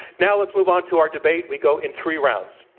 now, let's move on to our debate. we go in three rounds.